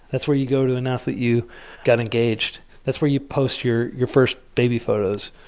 that's where you go to announce that you got engaged. that's where you post your your first baby photos.